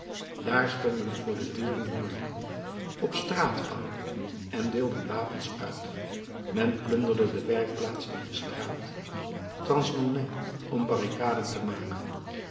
daar stonden voor de deuren jongelieden op straatpalen en deelden wapens uit men plunderde de werkplaats in de straat transnonain om barricaden te maken